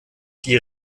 die